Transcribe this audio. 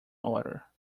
order